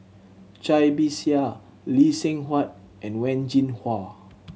Cai Bixia Lee Seng Huat and Wen Jinhua